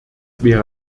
wäre